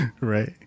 Right